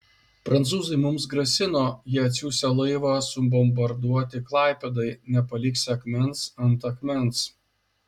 prancūzai mums grasino jie atsiųsią laivą subombarduoti klaipėdai nepaliksią akmens ant akmens